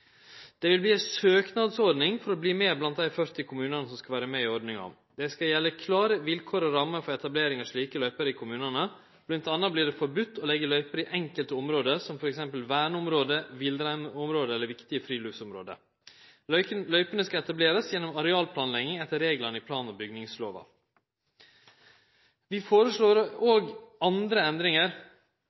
Det vil verte ei søknadsordning for å verte med blant dei 40 kommunane som skal vere med i ordninga. Det skal gjelde klare vilkår og rammer for etablering av slike løyper i kommunane. Blant anna vert det forbode å leggje løyper i enkelte område som f.eks. verneområde, villreinområde eller viktige friluftsområde. Løypene skal etablerast gjennom arealplanlegging etter reglane i plan- og bygningslova. Vi foreslår òg andre endringar: